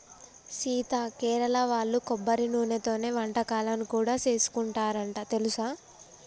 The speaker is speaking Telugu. సీత కేరళ వాళ్ళు కొబ్బరి నూనెతోనే వంటకాలను కూడా సేసుకుంటారంట తెలుసా